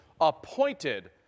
appointed